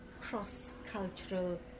cross-cultural